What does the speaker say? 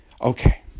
Okay